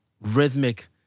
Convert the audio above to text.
rhythmic